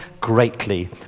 greatly